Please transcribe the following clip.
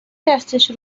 دستش